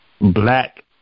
black